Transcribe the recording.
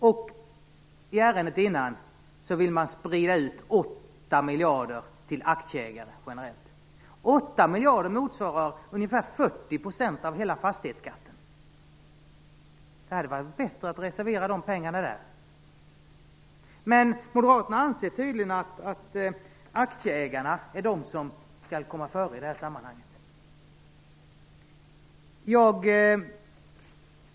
Men i ärendet innan ville man sprida ut 8 miljarder kronor till aktieägare. 8 miljarder kronor motsvarar ungefär 40 % av hela fastighetsskatten. Det hade varit bättre att reservera pengarna där. Men Moderaterna anser tydligen att det är aktieägarna som skall komma före i det här sammanhanget.